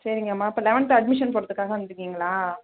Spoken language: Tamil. சரிங்கம்மா இப்போ லெவன்த்து அட்மிஷன் போடுறதுக்காக வந்துருக்கீங்களா